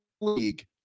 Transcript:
league